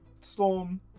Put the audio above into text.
Storm